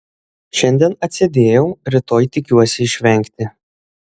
šiandien atsėdėjau rytoj tikiuosi išvengti